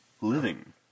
Living